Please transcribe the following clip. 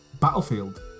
Battlefield